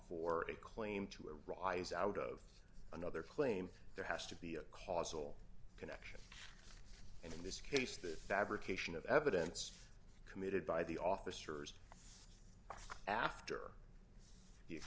for a claim to a rise out of another claim there has to be a causal connection and in this case the fabrication of evidence committed by the officers after